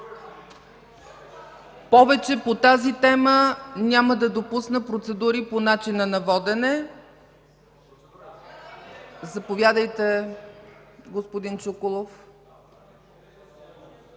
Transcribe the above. Повече по тази тема няма да допусна процедури по начина на водене. Заповядайте, господин Чуколов.